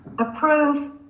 Approve